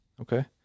okay